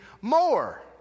more